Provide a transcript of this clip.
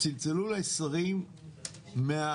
צלצלו אלי שרים מהעבר